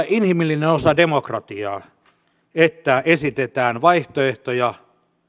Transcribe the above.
inhimillinen osa demokratiaa että esitetään vaihtoehtoja